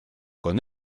con